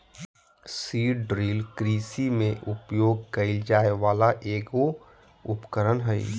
seed drill कृषि में उपयोग कइल जाय वला एगो उपकरण हइ